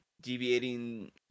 deviating